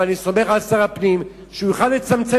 ואני סומך על שר הפנים שהוא יוכל לצמצם